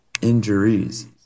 injuries